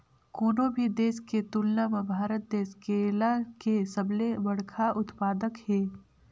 कोनो भी देश के तुलना म भारत देश केला के सबले बड़खा उत्पादक हे